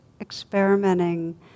experimenting